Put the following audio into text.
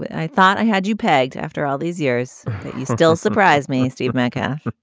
i thought i had you pegged after all these years. you still surprise me. steve metcalf